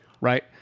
Right